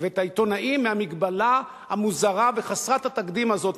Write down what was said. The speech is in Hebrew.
העיתונאים מהמגבלה המוזרה וחסרת התקדים הזאת,